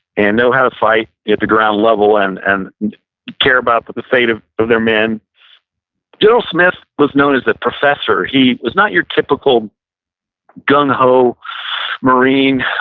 and they'll have a fight at the ground level and and care about but the fate of of their men bill smith was known as a professor. he was not your typical gung-ho marine,